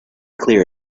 clear